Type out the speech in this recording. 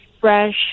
fresh